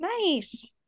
Nice